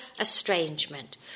estrangement